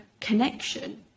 connection